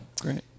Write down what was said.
Great